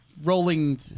Rolling